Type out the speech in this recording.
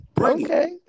Okay